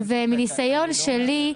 ומניסיון שלי,